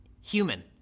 human